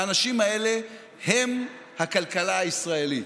האנשים האלה הם הכלכלה הישראלית,